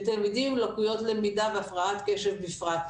ותלמידים עם לקויות למידה והפרעת קשב בפרט.